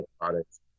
products